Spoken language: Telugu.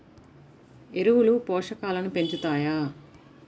ఎరువులు పోషకాలను పెంచుతాయా?